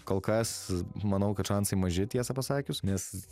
kol kas manau kad šansai maži tiesą pasakius nes